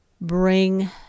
bring